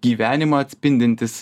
gyvenimą atspindintis